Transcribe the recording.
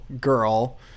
girl